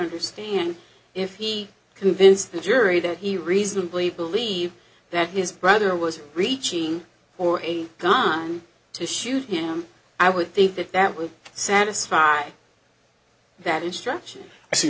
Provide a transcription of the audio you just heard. understand if he convince the jury that he reasonably believed that his brother was reaching for a gun to shoot him i would think that that would satisfy that instruction i see